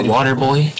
Waterboy